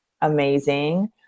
amazing